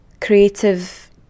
creative